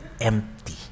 empty